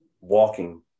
walking